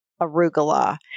arugula